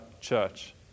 church